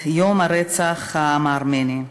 את יום רצח העם הארמני.